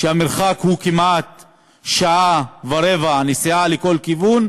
כשהמרחק הוא כמעט שעה ורבע נסיעה לכל כיוון,